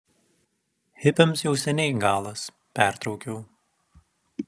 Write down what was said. hipiams jau seniai galas pertraukiau